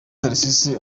tharcisse